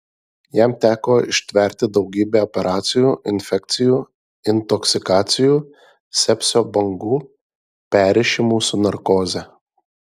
jam teko ištverti daugybę operacijų infekcijų intoksikacijų sepsio bangų perrišimų su narkoze